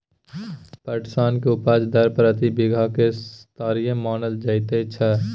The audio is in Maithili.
पटसन के उपज दर प्रति बीघा की स्तरीय मानल जायत छै?